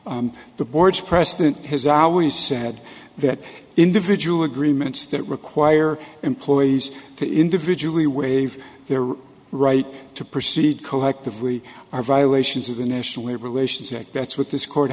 the board's president has always said that individual agreements that require employees to individually waive their right to proceed collectively are violations of the national labor relations act that's what this court